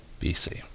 BC